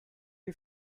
you